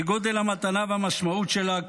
כגודל המתנה והמשמעות שלה,